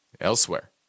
elsewhere